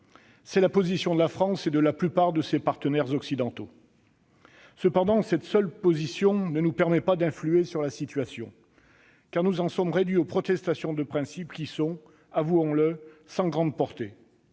est la position de la France et de la plupart de ses partenaires occidentaux. Cependant, cette seule position ne nous permet pas d'influer sur la situation, car nous en sommes réduits aux protestations de principe qui sont, avouons-le, sans grande portée.